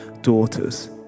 daughters